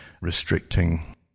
Restricting